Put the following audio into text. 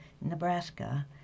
Nebraska